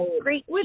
great